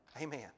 Amen